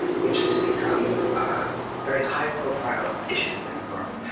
which has become a very high-profile issue in the world.